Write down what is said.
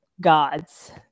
Gods